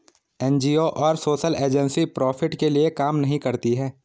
NGO और social agency profit के लिए काम नहीं करती है